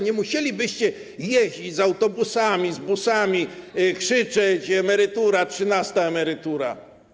Nie musielibyście jeździć autobusami, busami, krzyczeć: emerytura, trzynasta emerytura.